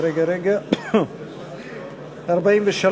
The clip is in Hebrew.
40(23)